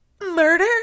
murder